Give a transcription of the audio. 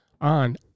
on